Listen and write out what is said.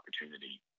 opportunity